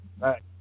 Right